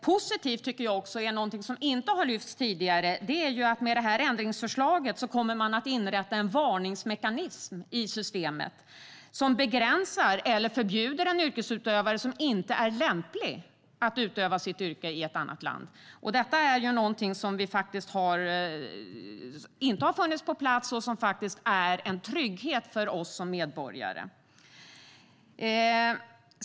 Något som också är positivt och som inte har lyfts fram tidigare är att man med det här ändringsförslaget kommer att inrätta en varningsmekanism i systemet, vilken innebär begränsningar eller förbud för yrkesutövare som inte är lämpliga att utöva sitt yrke i ett annat land. Detta är någonting som inte har funnits på plats men som innebär en trygghet för oss som medborgare.